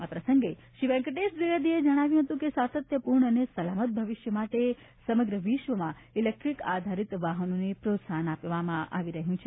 આ પ્રસંગે શ્રી વેંકટેશ દ્વિવેદીએ જણાવ્યું હતું કે સાતત્યપૂર્ણ અને સલામત ભવિષ્ય માટે સમગ્ર વિશ્વમાં ઇલેક્ટ્રીક આધારીત વાહનોને પ્રોત્સાહન આપવામાં આવી રહ્યું છે